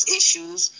issues